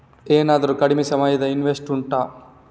ಏನಾದರೂ ಕಡಿಮೆ ಸಮಯದ ಇನ್ವೆಸ್ಟ್ ಉಂಟಾ